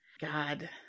God